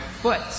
foot